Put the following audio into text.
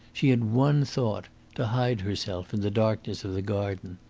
she had one thought to hide herself in the darkness of the garden.